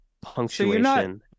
punctuation